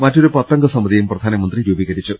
മറ്റൊരു പത്തംഗ സമിതിയും പ്രധാനമന്ത്രി രൂപീകരിച്ചു